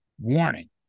warning